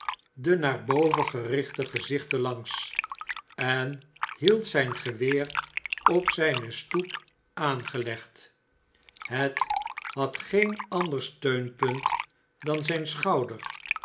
de naar boven gerichte gezichten langs en hield zijn geweer op zijne stoep aangelegd het had geen ander steunpunt dan zijn schouder